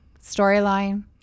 storyline